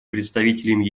представителем